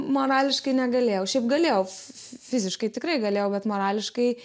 morališkai negalėjau šiaip galėjo fiziškai tikrai galėjau bet morališkai